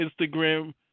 Instagram